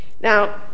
Now